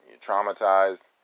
traumatized